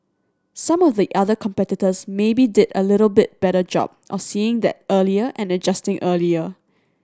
some of the other competitors maybe did a little bit better job of seeing that earlier and adjusting earlier